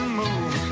move